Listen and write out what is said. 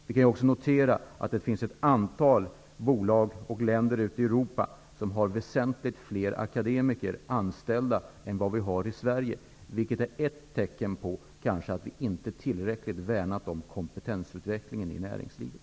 Vi kan också notera att det i Europa finns ett antal länder och bolag som har väsentligt fler akademiker anställda än vi har i Sverige, vilket är ett tecken på att vi inte tillräckligt har värnat om kompetensutvecklingen i näringslivet.